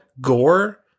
gore